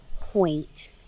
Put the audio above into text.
point